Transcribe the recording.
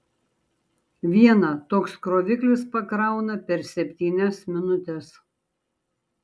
vieną toks kroviklis pakrauna per septynias minutes